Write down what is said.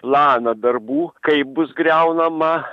planą darbų kaip bus griaunama